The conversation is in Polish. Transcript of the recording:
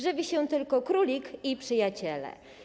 Żywi się tylko królik i przyjaciele.